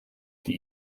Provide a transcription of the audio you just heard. die